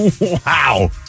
Wow